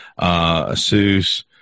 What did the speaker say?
ASUS